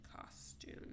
costume